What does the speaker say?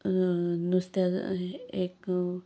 नुस्त्या एक